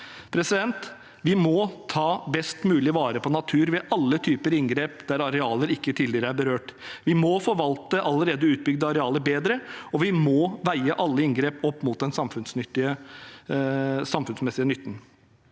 fra dette. Vi må ta best mulig vare på natur ved alle typer inngrep der arealer ikke tidligere er berørt. Vi må forvalte allerede utbygde arealer bedre, og vi må veie alle inngrep opp mot den samfunnsmessige nytten.